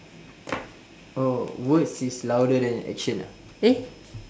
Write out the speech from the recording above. oh words is louder than action ah eh